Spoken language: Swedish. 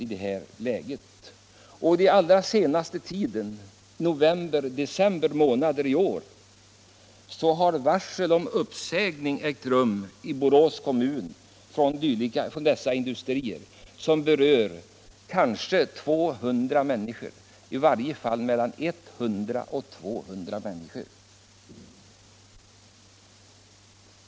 Under den allra senaste tiden, i november och december månader i år, har varsel skett om uppsägning från industrier inom Borås kommun som berör kanske 200 människor, i varje fall mellan 100 och 200 människor.